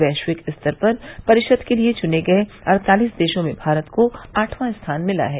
वैश्विक स्तर पर परिषद के लिए चुने गए अड़तालिस देशों में भारत को आठवां स्थान मिला है